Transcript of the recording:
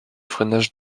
freinage